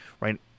right